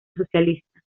socialista